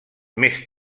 més